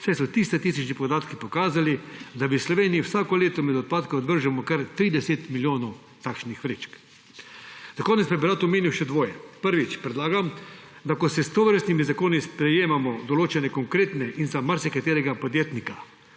saj so statistični podatki pokazali, da v Sloveniji vsako leto med odpadke odvržemo kar 30 milijonov takšnih vrečk. Za konec bi rad omenil še dvoje; prvič, predlagam, da ko s tovrstnimi zakoni sprejemamo določene konkretne in za marsikaterega podjetnika